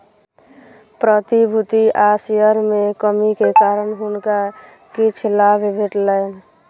प्रतिभूति आ शेयर में कमी के कारण हुनका किछ लाभ भेटलैन